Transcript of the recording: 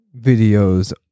videos